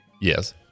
Yes